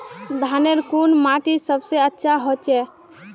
धानेर कुन माटित सबसे अच्छा होचे?